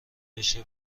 بشه